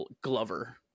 Glover